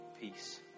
peace